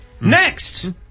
Next